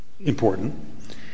important